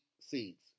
seeds